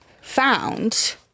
found